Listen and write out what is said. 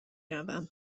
روم